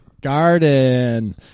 Garden